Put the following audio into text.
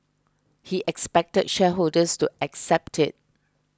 he expected shareholders to accept it